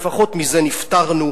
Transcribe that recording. לפחות מזה נפטרנו.